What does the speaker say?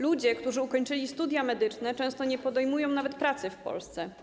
Ludzie, którzy ukończyli studia medyczne, często nawet nie podejmują pracy w Polsce.